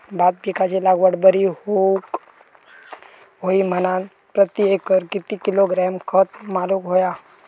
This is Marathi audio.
भात पिकाची लागवड बरी होऊक होई म्हणान प्रति एकर किती किलोग्रॅम खत मारुक होया?